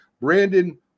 Brandon